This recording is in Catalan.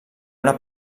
una